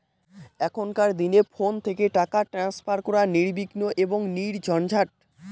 এখনকার দিনে ফোন থেকে টাকা ট্রান্সফার করা নির্বিঘ্ন এবং নির্ঝঞ্ঝাট